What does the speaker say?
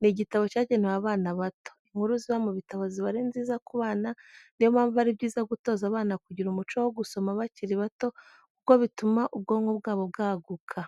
ni igitabo cyagenewe abana bato. Inkuru ziba mu bitabo ziba ari nziza ku bana niyo mpamvu ari byiza gutoza abana kugira umuco wo gusoma bakiri bato, kuko bituma ubwonko bwabo bwaguka.